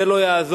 זה לא יעזור.